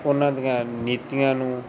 ਉਹਨਾਂ ਦੀਆਂ ਨੀਤੀਆਂ ਨੂੰ